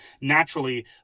naturally